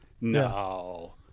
no